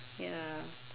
ya